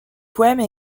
poème